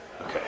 Okay